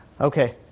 Okay